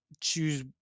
choose